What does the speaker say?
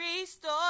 ReStore